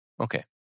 Okay